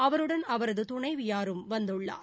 அவருடன் அவரது துணைவியாரும் வந்துள்ளார்